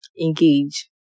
engage